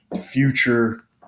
future